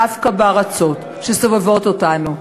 דווקא בארצות שסובבות אותנו,